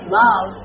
love